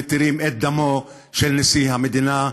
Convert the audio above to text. מתירים את דמו של נשיא המדינה,